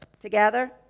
Together